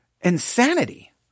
insanity